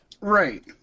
Right